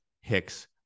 Hicks